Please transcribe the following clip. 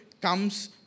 comes